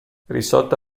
risolta